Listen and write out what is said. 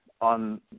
on